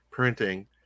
Printing